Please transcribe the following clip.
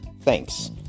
Thanks